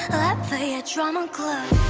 up for your drama club